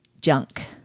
junk